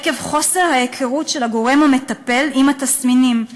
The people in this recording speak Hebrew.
עקב חוסר ההיכרות של הגורם המטפל את התסמינים,